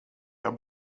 jag